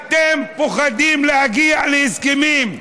אתם פוחדים להגיע להסכמים,